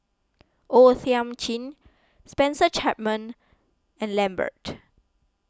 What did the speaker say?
O Thiam Chin Spencer Chapman and Lambert